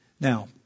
Now